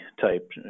type